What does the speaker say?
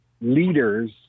leaders